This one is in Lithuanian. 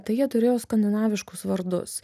tai jie turėjo skandinaviškus vardus